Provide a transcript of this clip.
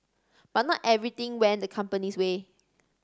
but not everything went the company's way